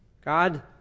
God